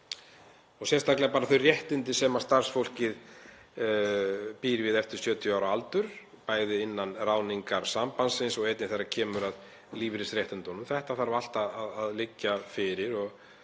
og sérstaklega hvað varðar þau réttindi sem starfsfólkið býr við eftir 70 ára aldur, bæði innan ráðningarsambandsins og einnig þegar kemur að lífeyrisréttindunum. Þetta þarf allt að liggja fyrir og